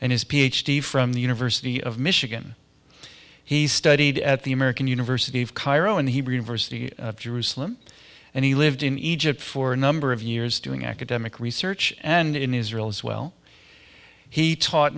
and his ph d from the university of michigan he studied at the american university of cairo in the hebrew university of jerusalem and he lived in egypt for a number of years doing academic research and in israel as well he taught